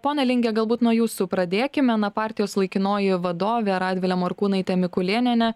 pone linge galbūt nuo jūsų pradėkime na partijos laikinoji vadovė radvilė morkūnaitė mikulėnienė